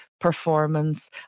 performance